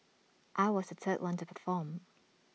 I was the third one to perform